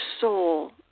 soul